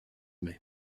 mai